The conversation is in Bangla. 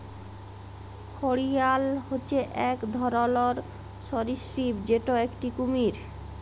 ঘড়িয়াল হচ্যে এক ধরলর সরীসৃপ যেটা একটি কুমির